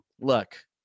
Look